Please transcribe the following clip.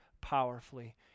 powerfully